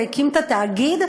והקים את התאגיד.